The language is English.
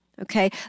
okay